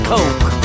Coke